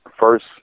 First